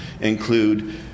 include